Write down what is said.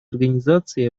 организацией